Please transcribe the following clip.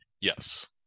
Yes